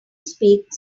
speak